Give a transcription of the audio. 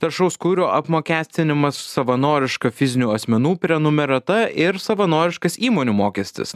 taršaus kuro apmokestinimas savanoriška fizinių asmenų prenumerata ir savanoriškas įmonių mokestis